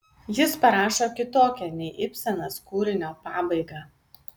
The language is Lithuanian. jis parašo kitokią nei ibsenas kūrinio pabaigą